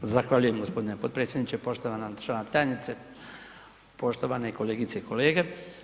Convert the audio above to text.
Zahvaljujem g. potpredsjedniče, poštovana državna tajnice, poštovane kolegice i kolege.